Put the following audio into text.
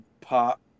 pop